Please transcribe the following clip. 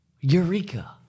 eureka